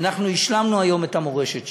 אנחנו השלמנו היום את המורשת שלך.